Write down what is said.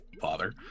father